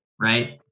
right